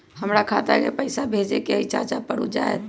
हमरा खाता के पईसा भेजेए के हई चाचा पर ऊ जाएत?